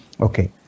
Okay